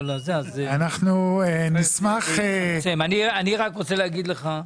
אני רק רוצה להגיד לך,